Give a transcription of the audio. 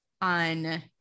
on